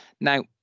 Now